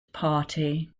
party